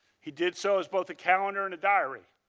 he did so as both a calendar, and a diary.